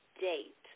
date